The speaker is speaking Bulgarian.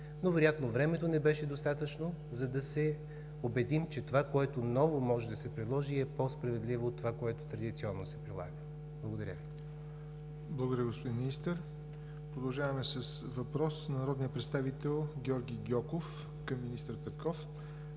но вероятно времето не беше достатъчно, за да се убедим, че това, което като ново може да се предложи, е по-справедливо от това, което традиционно се прилага. Благодаря. ПРЕДСЕДАТЕЛ ЯВОР НОТЕВ: Благодаря, господин Министър. Продължаваме с въпрос на народния представител Георги Гьоков към министър Петков.